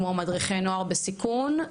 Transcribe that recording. כמו מדריכי נוער בסיכון,